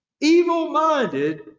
evil-minded